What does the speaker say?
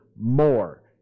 more